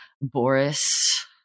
Boris